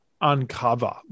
uncover